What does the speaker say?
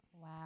Wow